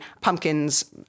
pumpkins